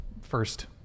first